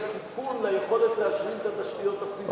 סיכון ליכולת להשלים את התשתיות הפיזיות,